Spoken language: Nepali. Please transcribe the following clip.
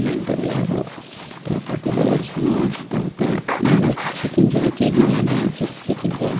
मेन्टली अब त्यही साथीभाइहरूसँग यस्तो उता राम्रो चिज सिकिन्छ केही नयाँ नयाँ चिज सिकिन्छ